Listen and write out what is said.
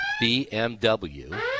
BMW